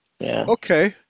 Okay